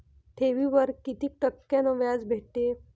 ठेवीवर कितीक टक्क्यान व्याज भेटते?